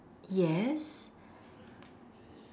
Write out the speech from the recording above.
yes